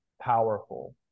powerful